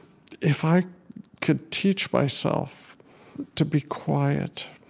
if i could teach myself to be quiet,